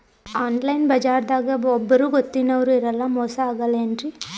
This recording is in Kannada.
ಆನ್ಲೈನ್ ಬಜಾರದಾಗ ಒಬ್ಬರೂ ಗೊತ್ತಿನವ್ರು ಇರಲ್ಲ, ಮೋಸ ಅಗಲ್ಲೆನ್ರಿ?